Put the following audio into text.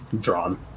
drawn